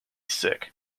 sick